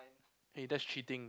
hey that's cheating